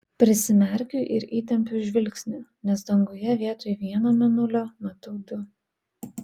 prisimerkiu ir įtempiu žvilgsnį nes danguje vietoj vieno mėnulio matau du